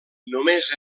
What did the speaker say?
només